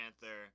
Panther